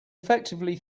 effectively